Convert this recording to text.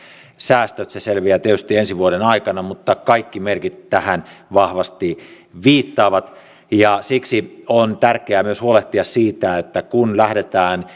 säästöt se selviää tietysti ensi vuoden aikana mutta kaikki merkit tähän vahvasti viittaavat siksi on tärkeää myös huolehtia siitä että kun lähdetään